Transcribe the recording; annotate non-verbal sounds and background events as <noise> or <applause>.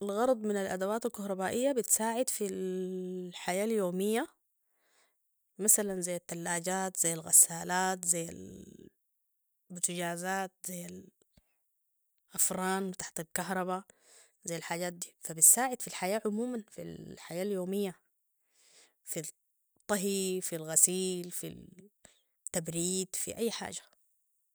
الغرض من الأدوات الكهربائية بتساعد في <hesitation> الحياة اليومية مثلا زي التلاجات زي الغسالات زي البوتجازات زي الأفران بتاعة الكهرباء زي الحاجات دي ، فبتساعد في الحياة عموما في الحياة اليومية في الطهي في الغسيل في التبريد في أي حاجة